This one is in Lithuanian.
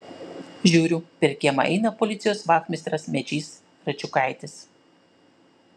žiūriu per kiemą eina policijos vachmistras mečys račiukaitis